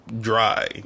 dry